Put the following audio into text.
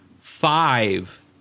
five